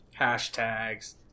Hashtags